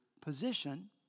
position